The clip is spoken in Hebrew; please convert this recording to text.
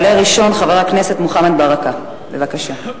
יעלה ראשון חבר הכנסת מוחמד ברכה, בבקשה.